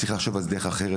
צריך לחשוב על דרך אחרת,